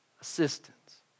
assistance